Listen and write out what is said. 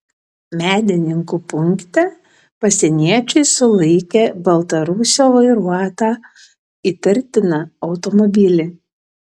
medininkų punkte pasieniečiai sulaikė baltarusio vairuotą įtartiną automobilį